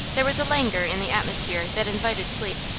there was a languor in the atmosphere that invited sleep.